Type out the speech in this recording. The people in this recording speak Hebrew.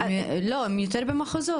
הם יותר במחוזות.